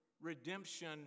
redemption